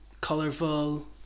colorful